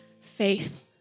faith